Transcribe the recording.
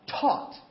Taught